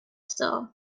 still